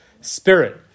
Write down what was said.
spirit